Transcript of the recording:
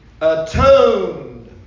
atoned